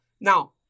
Now